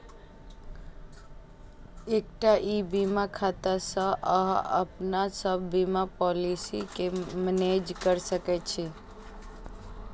एकटा ई बीमा खाता सं अहां अपन सब बीमा पॉलिसी कें मैनेज कैर सकै छी